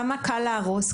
כמה קל להרוס,